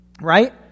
Right